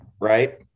right